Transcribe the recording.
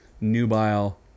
nubile